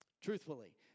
Truthfully